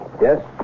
Yes